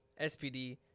SPD